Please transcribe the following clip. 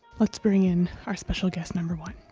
let's bring in our special guest number one.